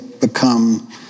become